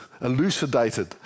elucidated